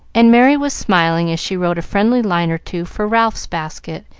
and merry was smiling as she wrote a friendly line or two for ralph's basket,